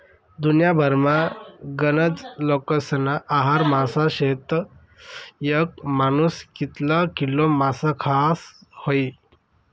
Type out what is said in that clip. दुन्याभरमा गनज लोकेस्ना आहार मासा शेतस, येक मानूस कितला किलो मासा खास व्हयी?